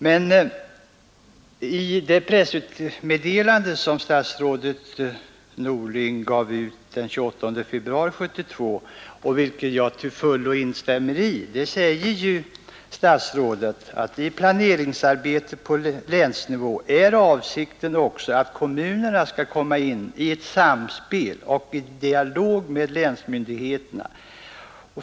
Men i det pressmeddelande som statsrådet Norling utfärdade den 28 februari 1972 säger statsrådet, att det i planeringsarbetet på länsnivå också är avsikten att kommunerna skall komma in i ett samspel och i en dialog med länsmyndigheterna.